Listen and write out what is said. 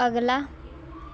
ਅਗਲਾ